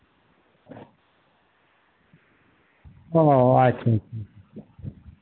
ও আচ্ছা আচ্ছা আচ্ছা